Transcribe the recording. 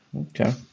Okay